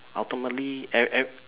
ultimately ev~ ev~